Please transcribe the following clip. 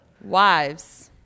wives